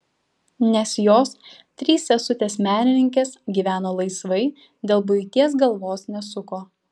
nes jos trys sesutės menininkės gyveno laisvai dėl buities galvos nesuko